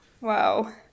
Wow